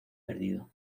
perdido